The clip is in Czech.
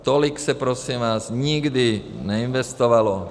Tolik se, prosím vás, nikdy neinvestovalo.